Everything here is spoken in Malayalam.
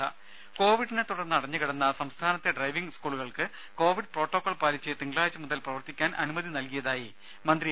രദേ കോവിഡിനെ തുടർന്ന് അടഞ്ഞുകിടന്ന സംസ്ഥാനത്തെ ഡ്രൈവിംഗ് സ്കൂളുകൾക്ക് കോവിഡ് പ്രോട്ടോകോൾ പാലിച്ച് തിങ്കളാഴ്ച മുതൽ പ്രവർത്തിക്കാൻ അനുമതി നൽകിയതായി മന്ത്രി എ